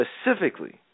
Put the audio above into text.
specifically